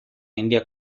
india